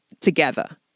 together